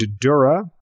Dura